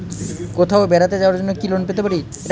কোথাও বেড়াতে যাওয়ার জন্য কি লোন পেতে পারি?